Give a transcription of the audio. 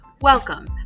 Welcome